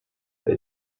they